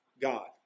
God